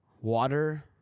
water